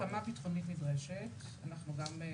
כן.